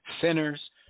Sinners